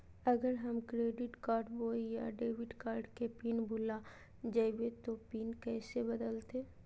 अगर हम क्रेडिट बोया डेबिट कॉर्ड के पिन भूल जइबे तो पिन कैसे बदलते?